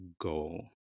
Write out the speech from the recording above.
goal